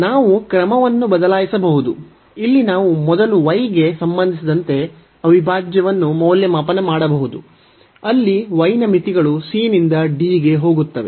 ನಾವು ಕ್ರಮವನ್ನು ಬದಲಾಯಿಸಬಹುದು ಇಲ್ಲಿ ನಾವು ಮೊದಲು y ಗೆ ಸಂಬಂಧಿಸಿದಂತೆ ಅವಿಭಾಜ್ಯವನ್ನು ಮೌಲ್ಯಮಾಪನ ಮಾಡಬಹುದು ಅಲ್ಲಿ y ನ ಮಿತಿಗಳು c ನಿಂದ d ಗೆ ಹೋಗುತ್ತವೆ